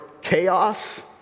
chaos